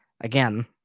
again